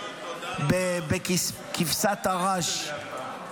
בכבשת הרש,